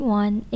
one